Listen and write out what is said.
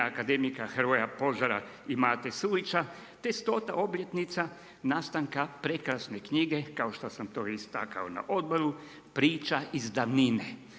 akademika Hrvoja Požara i Mate Sujića te 100. obljetnica nastanka prekrasne knjige kao što sam to istakao na odboru „Priča iz davnine“.